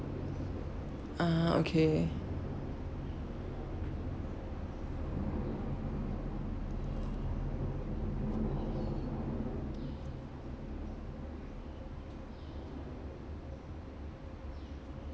ah okay